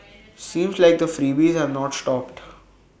seems like the freebies have not stopped